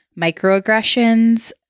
microaggressions